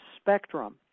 Spectrum